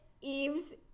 Eve's